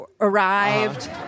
arrived